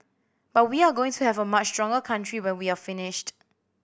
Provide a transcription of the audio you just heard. but we're going to have a much stronger country when we're finished